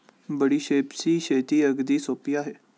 बडीशेपची शेती अगदी सोपी आहे